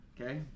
Okay